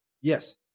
Yes